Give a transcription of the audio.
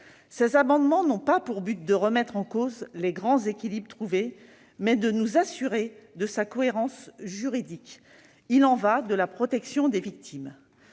Ses amendements ont pour but non pas de remettre en cause les grands équilibres trouvés, mais de nous assurer de sa cohérence juridique. Il y va de la protection des victimes.